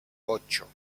ocho